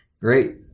Great